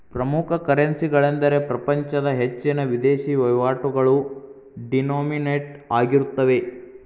ಪ್ರಮುಖ ಕರೆನ್ಸಿಗಳೆಂದರೆ ಪ್ರಪಂಚದ ಹೆಚ್ಚಿನ ವಿದೇಶಿ ವಹಿವಾಟುಗಳು ಡಿನೋಮಿನೇಟ್ ಆಗಿರುತ್ತವೆ